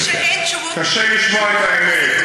קשה לשמוע את האמת.